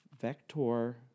Vector